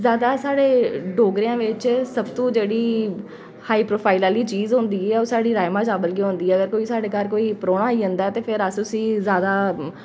जादै साढ़े डोगरेआं बिच्च सब तू जेह्ड़ी हाई प्रोफाइल आह्ली चीज़ होंदी ऐ ओह् साढ़ी राजमां चावल गै होंदी ऐ कोई साढ़े घर परौह्ना गै आई जंदा ऐ ते फिर अस उसी जादा